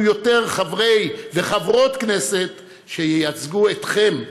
יותר חברי וחברות כנסת שייצגו אתכם,